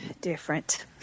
Different